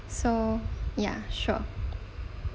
so ya sure